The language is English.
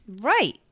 Right